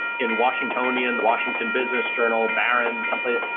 in washingtonian, the washington business journal, barron's, someplace,